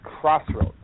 crossroads